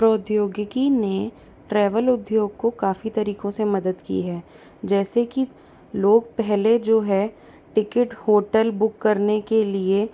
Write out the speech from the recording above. प्रौद्योगिकी ने ट्रैवल उद्योग को काफ़ी तरीकों से मदद की है जैसे कि लोग पहले जो है टिकट होटल बुक करने के लिए